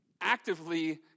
actively